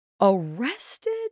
Arrested